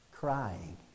crying